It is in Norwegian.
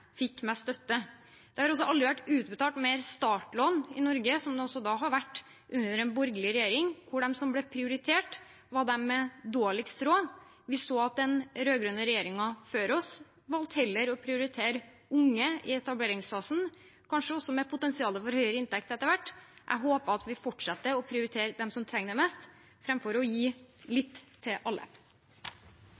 fikk mest støtte. Det har aldri vært utbetalt mer i startlån i Norge, noe som også har skjedd under en borgerlig regjering. De som ble prioritert, var de med dårligst råd. Vi så at den forrige rød-grønne regjeringen heller valgte å prioritere unge i etableringsfasen, som kanskje hadde potensial for å få høyere inntekt etter hvert. Jeg håper at vi fortsetter å prioritere dem som trenger det mest, framfor å gi